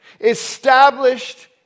Established